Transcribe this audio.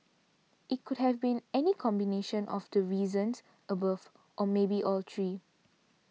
it could have been any combination of the reasons above or maybe all three